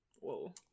whoa